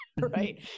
right